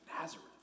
Nazareth